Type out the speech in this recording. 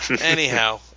Anyhow